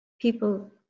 people